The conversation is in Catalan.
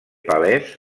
palès